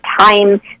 time